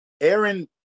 Aaron